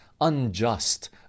unjust